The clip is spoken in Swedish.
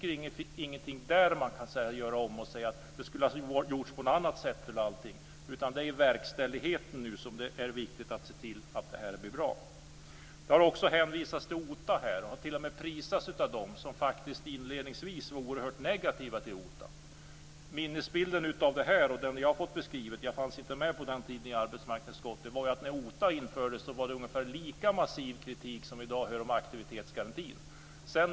Det finns ingenting där som man skulle kunna göra om eller som man skulle ha gjort på något annat sätt. Det är i verkställigheten som det är viktigt att se till att det blir bra. Man har här hänvisat till OTA. Den åtgärden har t.o.m. prisats av dem som inledningsvis var oerhört negativa till OTA. Minnesbilden av detta har jag fått mig beskrivet, eftersom jag inte fanns med på den tiden i arbetsmarknadsutskottet. När OTA infördes var det ungefär lika massiv kritik som vi i dag hör om aktivitetsgarantin.